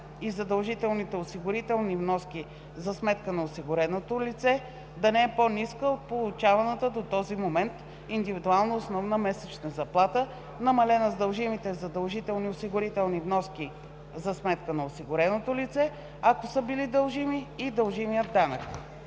и задължителните осигурителни вноски за сметка на осигуреното лице, да не е по-ниска от получаваната до този момент индивидуална основна месечна заплата, намалена с дължимите задължителни осигурителни вноски за сметка на осигуреното лице, ако са били дължими, и дължимия данък.